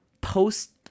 post